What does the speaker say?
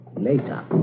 later